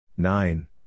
Nine